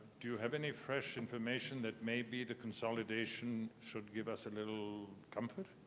do you have any fresh information that may be the consolidation should give us a little comfort?